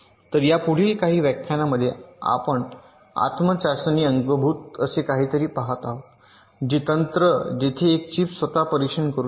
तर या पुढील काही व्याख्यानांमध्ये आपण आत्म चाचणी अंगभूत असे काहीतरी पाहत आहोत जे तंत्र जेथे एक चिप स्वतः परीक्षण करू शकते